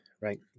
right